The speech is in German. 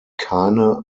keine